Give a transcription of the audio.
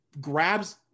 grabs